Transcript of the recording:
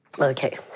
Okay